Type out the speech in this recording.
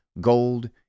gold